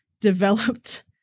developed